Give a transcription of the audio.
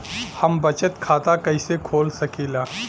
हम बचत खाता कईसे खोल सकिला?